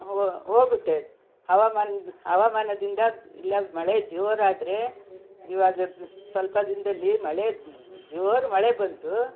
ಹೋಗುತ್ತೆ ಹವಾಮಾನದ ಹವಾಮಾನದಿಂದ ಇಲ್ಲ ಮಳೆ ಜೋರಾದರೆ ಇವಾಗದು ಸ್ವಲ್ಪ ದಿನದಲ್ಲಿ ಮಳೆ ಜೋರು ಮಳೆ ಬಂದು